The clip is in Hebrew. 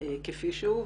כפי שהוא,